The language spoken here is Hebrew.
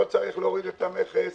לא צריך להוריד את המכס.